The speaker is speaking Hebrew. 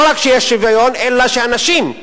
לא רק שיש שוויון אלא שהנשים,